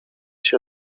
się